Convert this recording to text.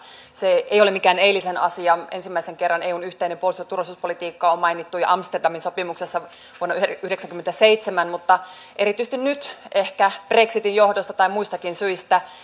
se ei ole mikään eilisen asia ensimmäisen kerran eun yhteinen puolustus ja turvallisuuspolitiikka on mainittu jo amsterdamin sopimuksessa vuonna yhdeksänkymmentäseitsemän mutta erityisesti nyt ehkä brexitin johdosta tai muistakin syistä